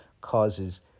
causes